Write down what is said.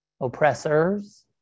oppressors